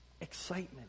excitement